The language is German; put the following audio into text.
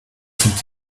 sind